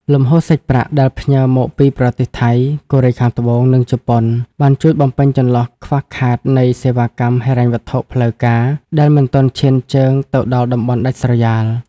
លំហូរសាច់ប្រាក់ដែលផ្ញើមកពីប្រទេសថៃ កូរ៉េខាងត្បូង និងជប៉ុន បានជួយបំពេញចន្លោះខ្វះខាតនៃសេវាកម្មហិរញ្ញវត្ថុផ្លូវការដែលមិនទាន់ឈានជើងទៅដល់តំបន់ដាច់ស្រយាល។